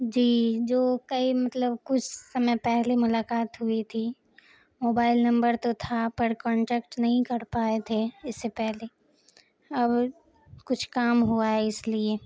جی جو کئی مطلب کچھ سمے پہلے ملاقات ہوئی تھی موبائل نمبر تو تھا پر کانٹیکٹ نہیں کر پائے تھے اس سے پہلے اب کچھ کام ہوا ہے اس لیے